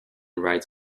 rides